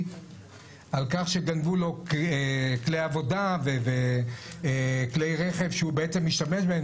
על כך שגנבו לו כלי עבודה וכלי רכב שהוא בעצם משתמש בהם.